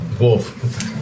wolf